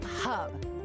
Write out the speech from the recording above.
hub